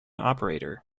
operator